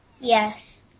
Yes